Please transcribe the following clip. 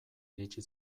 iritsi